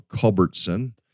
Culbertson